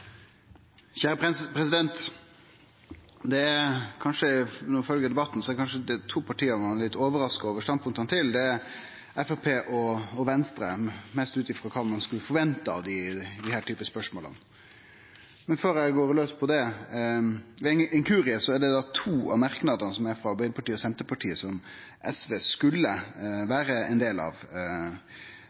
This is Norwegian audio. det kanskje to parti ein er litt overraska over standpunkta til, det er Framstegspartiet og Venstre – mest ut frå kva ein skulle forvente av dei i denne typen spørsmål. Men før eg går laus på det: Ved ein inkurie er det to av merknadene frå Arbeidarpartiet og Senterpartiet som SV skulle vore ein del av.